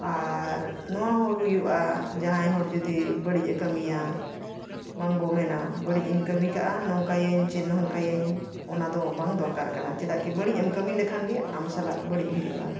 ᱟᱨ ᱱᱚᱣᱟ ᱦᱚᱸ ᱦᱩᱭᱩᱜᱼᱟ ᱡᱟᱦᱟᱸᱭ ᱦᱚᱲ ᱡᱩᱫᱤ ᱵᱟᱹᱲᱤᱡ ᱮ ᱠᱟᱹᱢᱤᱭᱟ ᱵᱟᱝ ᱵᱚ ᱢᱮᱱᱟ ᱵᱟᱹᱲᱤᱡ ᱤᱧ ᱠᱟᱹᱢᱤ ᱠᱟᱜᱼᱟ ᱱᱚᱝᱠᱟᱭᱟᱹᱧ ᱥᱮ ᱦᱟᱝᱠᱟᱭᱟᱹᱧ ᱚᱱᱟᱫᱚ ᱵᱟᱝ ᱫᱚᱨᱠᱟᱨ ᱠᱟᱱᱟ ᱪᱮᱫᱟᱜ ᱠᱤ ᱵᱟᱹᱲᱤᱡ ᱮᱢ ᱠᱟᱹᱢᱤ ᱞᱮᱠᱷᱟᱱᱜᱮ ᱟᱢ ᱥᱟᱞᱟᱜ ᱵᱟᱹᱲᱤᱡ ᱦᱩᱭᱩᱜᱼᱟ